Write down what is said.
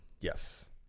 Yes